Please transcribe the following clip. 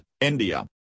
India